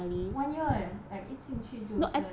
one year eh like 一进去就 plan 了